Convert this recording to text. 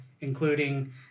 including